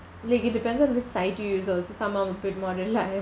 like it depends on which site you use also some are a bit more reliable